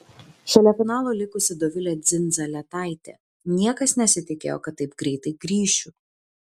šalia finalo likusi dovilė dzindzaletaitė niekas nesitikėjo kad taip greitai grįšiu